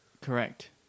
Correct